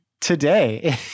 today